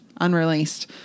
unreleased